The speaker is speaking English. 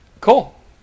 cool